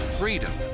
freedom